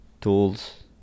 tools